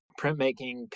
printmaking